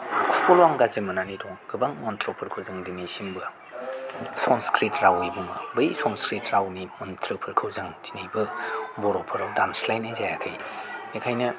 आखुखौल' आं गाज्रि मोननानै दङ गोबां मन्त्रफोरखौ जों दिनैसिमबो संस्कृत रावनि बुङो बै संस्कृत रावनि मन्त्रफोरखौ जों दिनैबो बर'फोराव दानस्लायनाय जायाखै बेखायनो